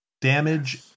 Damage